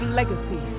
legacy